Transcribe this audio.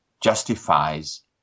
justifies